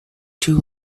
too